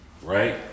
Right